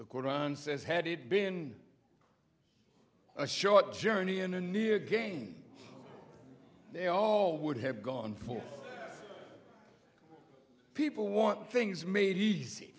of koran says had it been a short journey in a near game they all would have gone for people want things made easy